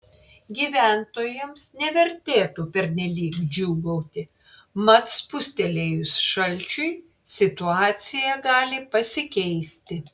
gyventojams nevertėtų pernelyg džiūgauti mat spustelėjus šalčiui situacija gali pasikeisti